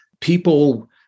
People